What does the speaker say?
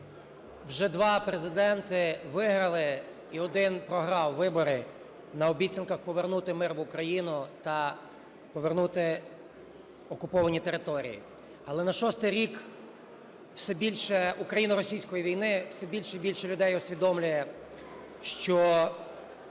Вже два президенти виграли і один програв вибори на обіцянках повернути мир в Україну та повернути окуповані території. Але на шостий рік все більше україно-російської війни, все більше і більше людей усвідомлює, що